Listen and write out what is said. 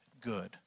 good